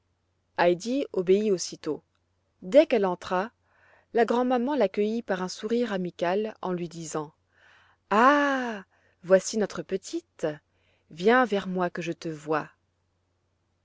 obéit aussitôt dès qu'elle entra la grand maman l'accueillit par un sourire amical en lui disant ah voici notre petite viens vers moi que je te voie